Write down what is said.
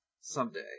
someday